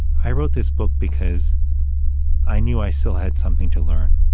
i wrote this book because i knew i still had something to learn.